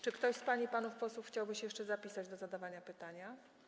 Czy ktoś z pań i panów posłów chciałby się jeszcze zapisać do zadawania pytania?